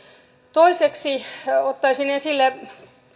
toiseksi ottaisin esille